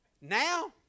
now